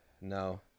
No